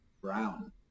brown